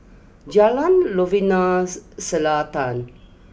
Jalan Novena Selatan